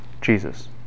Jesus